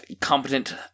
competent